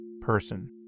person